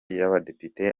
y’abadepite